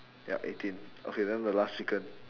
ya eighteen okay then the last chicken